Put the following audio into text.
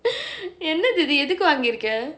என்னாது இது எதுக்கு வாங்கிருக்க:ennaathu ithu ethukku vaangirukka